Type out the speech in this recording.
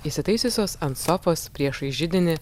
įsitaisiusios ant sofos priešais židinį